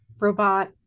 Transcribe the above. robot